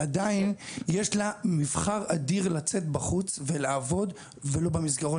אבל עדיין יש לה מבחר אדיר לצאת בחוץ ולעבוד ולא במסגרות